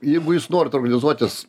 jeigu jūs norit organizuotis